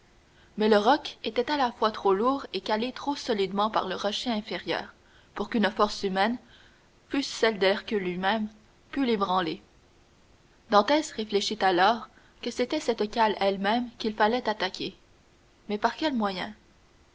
mais le roc était à la fois trop lourd et calé trop solidement par le rocher inférieur pour qu'une force humaine fût-ce celle d'hercule lui-même pût l'ébranler dantès réfléchit alors que c'était cette cale elle-même qu'il fallait attaquer mais par quel moyen